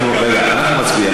אנחנו נצביע.